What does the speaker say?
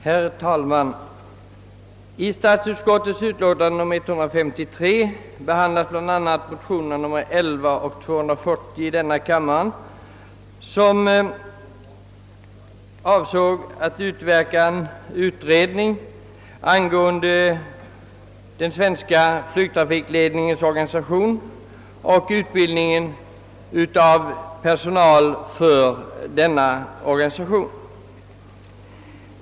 Herr talman! I statsutskottets utlåtande nr 153 behandlas bl.a. motionerna II: 11 och II: 240, som avsåg att utverka utredning angående den svenska flygtrafikledningens organisation och utbildningen av personal för denna organisalion.